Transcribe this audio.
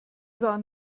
waren